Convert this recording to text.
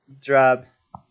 drops